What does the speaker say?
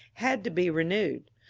had to be renewed.